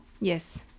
yes